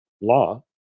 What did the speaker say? law